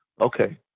Okay